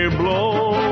blow